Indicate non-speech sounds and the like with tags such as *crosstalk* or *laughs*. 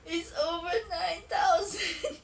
it's over nine thousand *laughs*